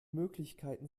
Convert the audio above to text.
möglichkeiten